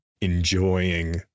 enjoying